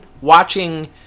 watching